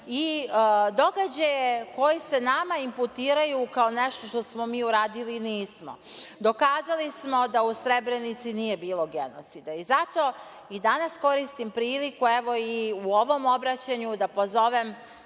i događaje koji se nama imputiraju kao nešto što smo uradili, a nismo. Dokazali smo da u Srebrenici nije bilo genocida i zato i danas koristim priliku, evo i u ovom obraćanju da pozovem